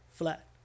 flat